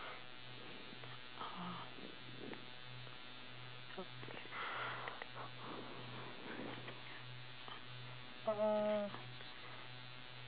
uh